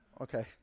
Okay